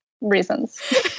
reasons